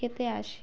খেতে আসে